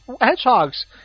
hedgehogs